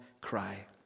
cry